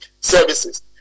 services